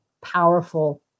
powerful